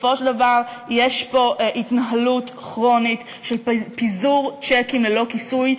בסופו של דבר יש פה התנהלות כרונית של פיזור צ'קים ללא כיסוי,